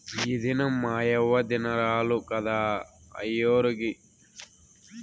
ఈ దినం మాయవ్వ దినారాలు కదా, అయ్యోరు నువ్వుగింజలు కాగులకేసినారు